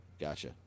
gotcha